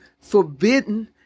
forbidden